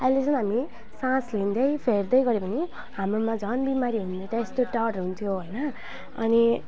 अहिले चाहिँ हामी सास लिँदै फेर्दै गऱ्यो भने हाम्रोमा झन् बिमारी हुने त्यस्तो डर हुन्थ्यो होइन अनि